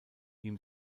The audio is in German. ihm